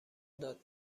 داد